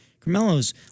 Carmelo's